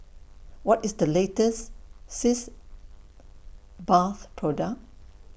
What IS The latest Sitz Bath Product